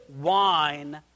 wine